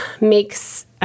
makes